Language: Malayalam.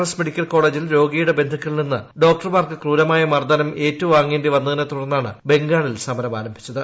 എസ് മെഡിക്കൽ കോളേജിൽ രോഗിയുടെ ബന്ധുക്കളിൽ നിന്ന് ഡോക്ടർമാർക്ക് ക്രൂരമായ മർദ്ദനം ഏറ്റുവാങ്ങേണ്ടിവന്നതിനെ തുടർന്നാണ് ബംഗാളിൽ സമരം ആരംഭിച്ചത്